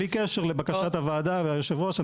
בלי קשר לבקשת הוועדה והיושב-ראש,